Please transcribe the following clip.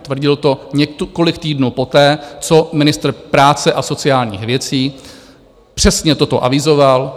Tvrdil to několik týdnů poté, co ministr práce a sociálních věcí přesně toto avizoval.